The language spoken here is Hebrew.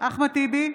אחמד טיבי,